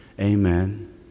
Amen